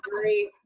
Great